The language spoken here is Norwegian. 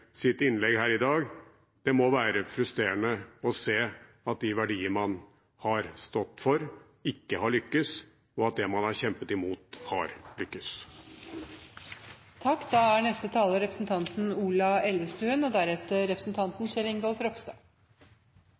innlegg her i dag. Det må være frustrerende å se at de verdier man har stått for, ikke har vunnet fram, og at det man har kjempet imot, har lyktes. Jeg vil takke utenriksministeren for redegjørelsen og